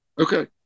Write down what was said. Okay